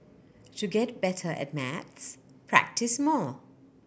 to get better at maths practise more